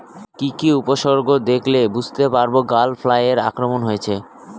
কি কি উপসর্গ দেখলে বুঝতে পারব গ্যাল ফ্লাইয়ের আক্রমণ হয়েছে?